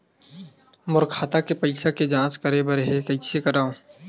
मोर खाता के पईसा के जांच करे बर हे, कइसे करंव?